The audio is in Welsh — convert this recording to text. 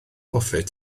hoffet